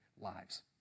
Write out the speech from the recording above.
lives